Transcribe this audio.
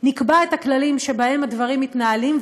נקבע את הכללים שבהם הדברים מתנהלים,